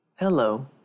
Hello